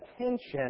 attention